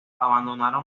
abandonaron